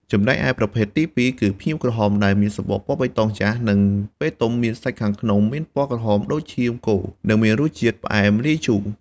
ចំណែកប្រភេទទីពីរគឺ ផ្ញៀវក្រហម ដែលមានសំបកពណ៌បៃតងចាស់ ហើយពេលទុំសាច់ខាងក្នុងមានពណ៌ក្រហមដូចឈាមគោ និងមានរសជាតិផ្អែមលាយជូរ។